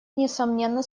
несомненно